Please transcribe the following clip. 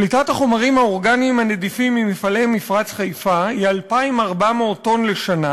פליטת החומרים האורגניים הנדיפים ממפעלי מפרץ חיפה היא 2,400 טון לשנה,